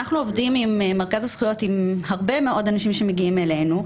אנחנו עובדים במרכז הזכויות עם הרבה מאוד אנשים שמגיעים אלינו,